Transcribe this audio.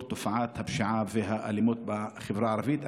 תופעת הפשיעה והאלימות בחברה הערבית.